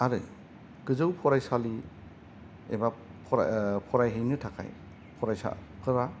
आरो गोजौ फरायसालि एबा फरायहैनो थाखाय फरायसाफोरा